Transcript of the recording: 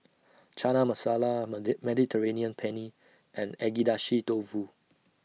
Chana Masala Mediterranean Penne and Agedashi Dofu